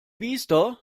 biester